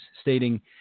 stating